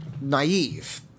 naive